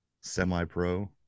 Semi-pro